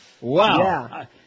Wow